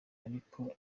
ariko